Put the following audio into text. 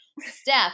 Steph